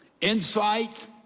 insight